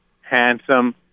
handsome